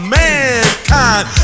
mankind